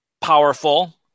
powerful